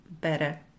better